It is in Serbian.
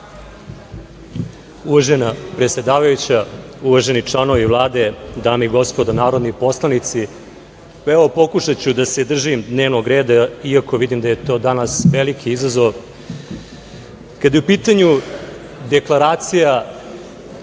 Uvažena predsedavajuća, uvaženi članovi Vlade, dame i gospodo narodni poslanici, pokušaću da se držim dnevnog reda, iako vidim da je to danas veliki izazov. Kada je u pitanju deklaracija,